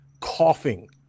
coughing